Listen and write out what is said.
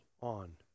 on